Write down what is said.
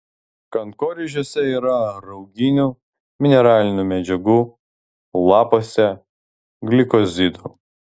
kankorėžiuose yra rauginių mineralinių medžiagų lapuose glikozidų